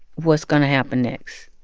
what's going to happen next.